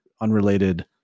unrelated